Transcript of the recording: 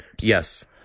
Yes